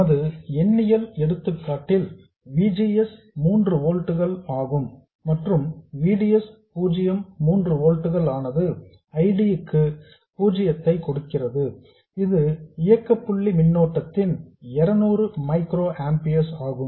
நமது எண்ணியல் எடுத்துக்காட்டில் V G S 03 வோல்ட்ஸ் ஆகும் மற்றும் V D S 03 வோல்ட்ஸ் ஆனது I D க்கு பூஜியத்தை கொடுக்கிறது இது இயக்க புள்ளி மின்னோட்டத்தின் 200 மைக்ரோ ஆம்பியர்ஸ் ஆகும்